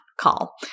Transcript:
call